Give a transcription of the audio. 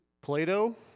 Plato